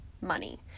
money